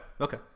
okay